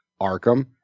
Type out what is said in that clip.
Arkham